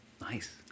Nice